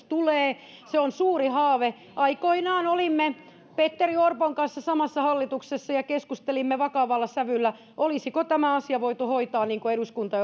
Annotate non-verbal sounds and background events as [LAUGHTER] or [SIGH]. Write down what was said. [UNINTELLIGIBLE] tulee se on suuri haave aikoinaan olimme petteri orpon kanssa samassa hallituksessa ja keskustelimme vakavalla sävyllä olisiko tämä asia voitu hoitaa niin kuin eduskunta [UNINTELLIGIBLE]